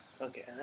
Okay